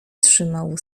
trzymał